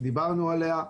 דיברנו עליה,